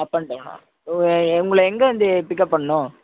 அப் and டெளனா உங்களை எங்கே வந்து பிக்அப் பண்ணணும்